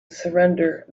surrender